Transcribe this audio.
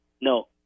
No